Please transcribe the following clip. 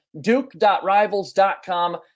duke.rivals.com